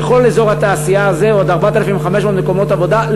וכל אזור התעשייה הזה, עוד 4,500 מקומות עבודה.